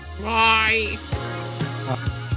Bye